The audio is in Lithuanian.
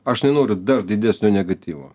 aš nenoriu dar didesnio negatyvo